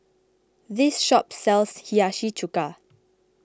this shop sells Hiyashi Chuka